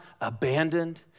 abandoned